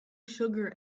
sugar